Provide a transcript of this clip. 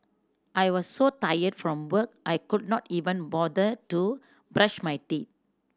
I was so tired from work I could not even bother to brush my teeth